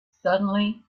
suddenly